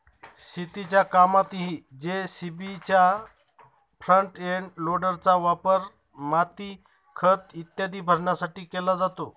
शेतीच्या कामातही जे.सी.बीच्या फ्रंट एंड लोडरचा वापर माती, खत इत्यादी भरण्यासाठी केला जातो